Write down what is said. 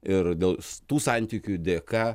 ir dėl tų santykių dėka